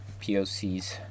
POCs